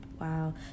wow